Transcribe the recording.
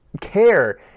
care